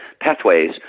pathways